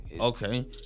okay